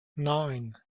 nine